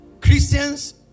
Christians